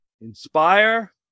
Inspire